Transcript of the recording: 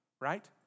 Right